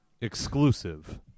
Exclusive